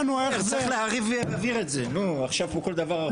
צריך להעביר את זה, נו, עכשיו פה כל דבר הרצאות?